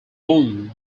won